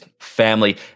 family